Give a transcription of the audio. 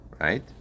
Right